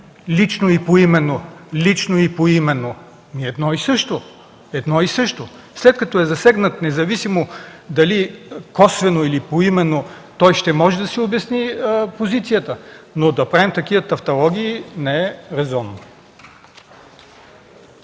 „лично и поименно”. Лично и поименно е едно и също. След като е засегнат, независимо дали косвено или поименно, той ще може да си обясни позицията. Но да правим такива тавтологии не е резонно.